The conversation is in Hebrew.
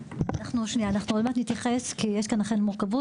אנחנו עוד מעט נתייחס כי יש כאן אכן מורכבות,